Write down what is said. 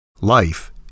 Life